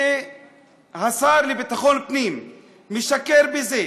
כשהשר לביטחון פנים משקר בזה,